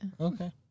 Okay